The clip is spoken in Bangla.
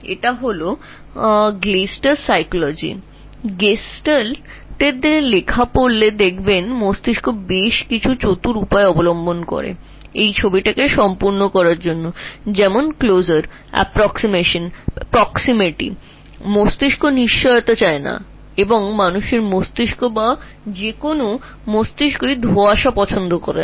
Gestalt লোকেরা তোমাকে বলে যদি তুমি সেগুলি পড় যে কোনও মস্তিষ্ক অনেকগুলি স্মার্ট ট্রিকস ব্যবহার করে যেমন closure যেমন approximation ইমেজ সম্পূর্ণ করার জন্য নৈকট্য বা proximity র ব্যবহার তবে মস্তিষ্ক অনিশ্চয়তা চায় না এবং মানব মস্তিষ্ক বা যে কোনও মস্তিষ্ক অস্পষ্টতা পছন্দ করে না